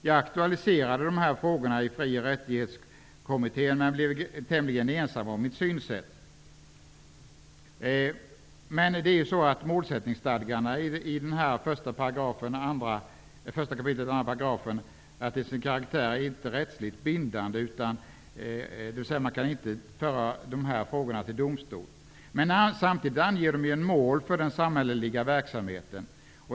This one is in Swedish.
Jag aktualiserade de här frågorna i Fri och rättighetskommittén men förblev tämligen ensam om att ha nämnda synsätt. Målsättningsstadgarna i 1 kap. 2 § är till sin karaktär inte rättsligt bindande, dvs. man kan inte föra de här frågorna till domstol. Men samtidigt anger de målen för den samhälleliga verksamheten.